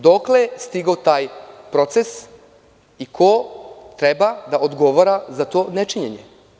Dokle je stigao taj proces i ko treba da odgovara za to nečinjenje?